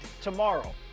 tomorrow